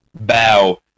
bow